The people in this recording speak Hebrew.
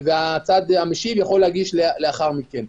הצד המשיב יכול להגיש לאחר מכן.